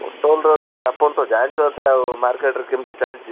ପୋଟଳର rate ଆପଣ ତ ଜାଣିଛନ୍ତି ଆଉ ମାର୍କେଟ୍ରେ କେମିତି ଚାଲିଛି